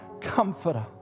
comforter